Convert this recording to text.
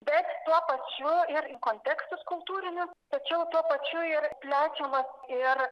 bet tuo pačiu ir į kontekstus kultūrinius tačiau tuo pačiu ir plečiamas ir